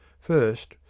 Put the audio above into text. First